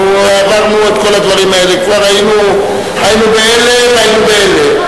אנחנו עברנו את כל הדברים האלה והיינו באלה והיינו באלה.